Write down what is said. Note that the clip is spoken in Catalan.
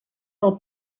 del